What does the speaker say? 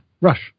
rush